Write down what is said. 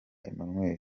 emmanuel